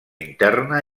interna